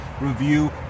review